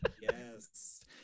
Yes